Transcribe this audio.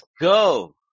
go